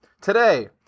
today